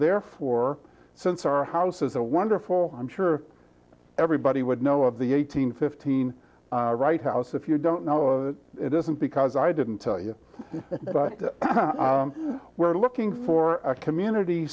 therefore since our house is a wonderful i'm sure everybody would know of the eight hundred fifteen right house if you don't know it isn't because i didn't tell you we're looking for a community